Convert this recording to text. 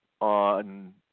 on